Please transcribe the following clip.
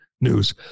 news